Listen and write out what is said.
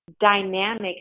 dynamic